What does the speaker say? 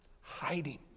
hiding